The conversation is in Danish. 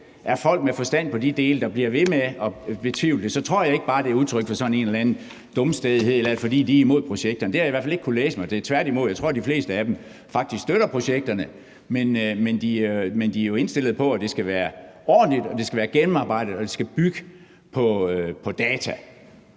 er folk med forstand på de dele, der bliver ved med at betvivle det, tror jeg ikke, det bare er udtryk for sådan en eller anden dumstædighed eller er, fordi de er imod projekterne. Det har jeg i hvert fald ikke kunnet læse mig til. Tværtimod tror jeg, de fleste af dem faktisk støtter projekterne, men de er jo indstillet på, at det skal være ordentligt, det skal være gennemarbejdet, og det skal bygge på data.